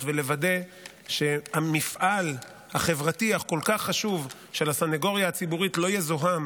ולוודא שהמפעל החברתי החשוב כל כך של הסנגוריה הציבורית לא יזוהם